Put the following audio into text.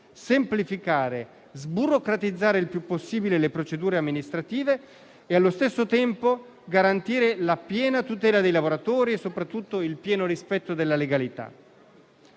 semplificare, sburocratizzare il più possibile le procedure amministrative e, allo stesso tempo, garantire la piena tutela dei lavoratori e soprattutto il pieno rispetto della legalità.